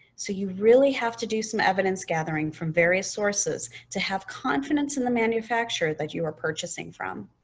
so, you really have to do some evidence gathering from various sources to have confidence in the manufacturer that you are purchasing from.